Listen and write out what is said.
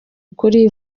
ukuri